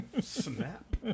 Snap